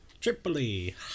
Tripoli